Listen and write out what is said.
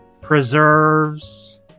preserves